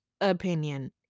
opinion